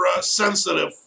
sensitive